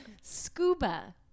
scuba